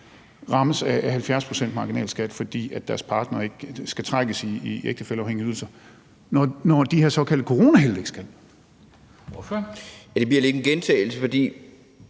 rammes af en marginalskat på 70 pct. – deres partnere skal trækkes i ægtefælleafhængige ydelser – når de her såkaldte coronahelte ikke skal?